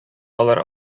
алар